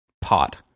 pot